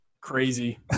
crazy